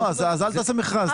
לא, אז אל תעשה מכרז.